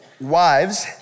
wives